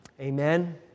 Amen